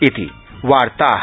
इति वार्ता